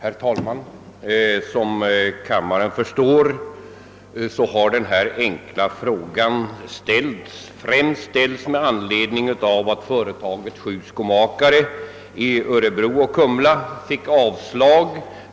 Herr talman! Som kammaren förstår har denna enkla fråga ställts främst med anledning av att företaget Sju Skomakare i Örebro och Kumla fick avslag